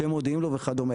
שהם מודיעים לו וכדומה.